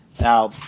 Now